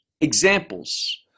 examples